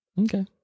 okay